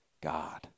God